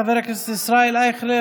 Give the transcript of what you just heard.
חבר הכנסת ישאל אייכלר,